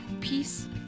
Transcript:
peace